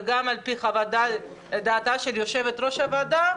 וגם על פי חוות דעתה של יושבת-ראש הוועדה,